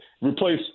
replace